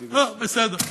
לא, בסדר.